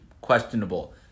questionable